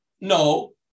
No